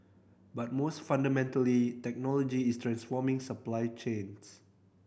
but most fundamentally technology is transforming supply chains